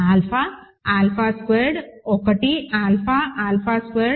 alpha alpha squared 1 alpha alpha squared